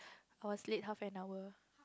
I will sleep half an hour